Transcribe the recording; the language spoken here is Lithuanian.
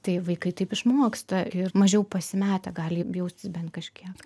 tai vaikai taip išmoksta ir mažiau pasimetę gali jaustis bent kažkiek